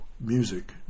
music